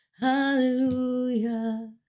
hallelujah